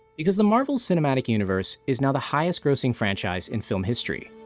because the marvel cinematic universe is now the highest-grossing franchise in film history.